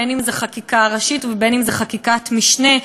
אם חקיקה ראשית ואם חקיקת משנה,